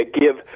give